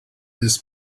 this